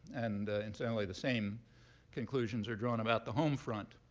and incidentally, the same conclusions are drawn about the home front.